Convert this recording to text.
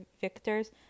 victors